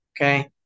Okay